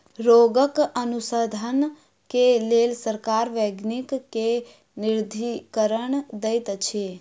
रोगक अनुसन्धान के लेल सरकार वैज्ञानिक के निधिकरण दैत अछि